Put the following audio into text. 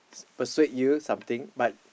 persuade you something but